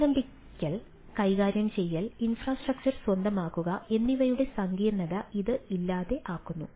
സമാരംഭിക്കൽ കൈകാര്യം ചെയ്യൽ ഇൻഫ്രാസ്ട്രക്ചർ സ്വന്തമാക്കുക എന്നിവയുടെ സങ്കീർണ്ണത ഇത് ഇല്ലാതെ ആക്കുന്നു